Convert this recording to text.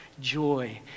joy